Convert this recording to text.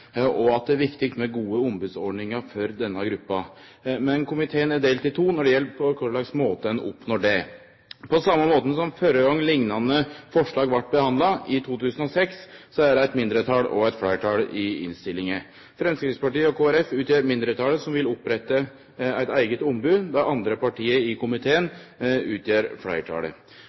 og at det er viktig med gode ombodsordningar for denne gruppa. Men komiteen er delt i to når det gjeld korleis ein skal oppnå det. På same måten som førre gong liknande forslag vart behandla, i 2006, er det eit mindretal og eit fleirtal i innstillinga. Framstegspartiet og Kristeleg Folkeparti utgjer mindretalet, som vil opprette eit eige ombod. Dei andre partia i komiteen utgjer fleirtalet.